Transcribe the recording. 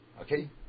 Okay